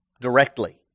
directly